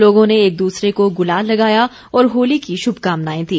लोगों ने एक दूसरे को गुलाल लगाया और होली की शुभकामनाएं दी